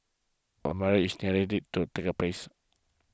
but the marriage is do take place